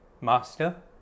Master